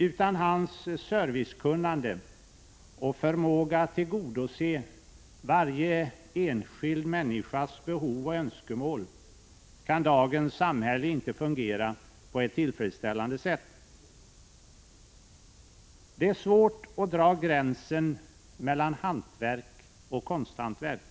Utan hans servicekunnande och förmåga att tillgodose varje enskild människas behov och önskemål kan dagens samhälle inte fungera på ett tillfredsställande sätt. Det är svårt att dra gränsen mellan hantverk och konsthantverk.